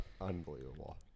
Unbelievable